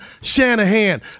Shanahan